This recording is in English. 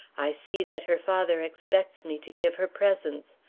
i see that her father expects me to give her presents.